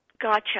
Gotcha